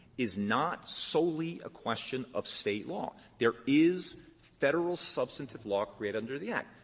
is not solely a question of state law. there is federal substantive law created under the act.